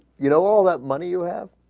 you know all that money you have